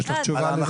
יש לך תשובה לזה?